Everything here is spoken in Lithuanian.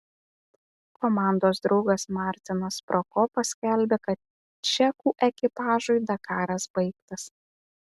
komandos draugas martinas prokopas skelbia kad čekų ekipažui dakaras baigtas